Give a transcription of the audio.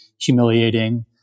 humiliating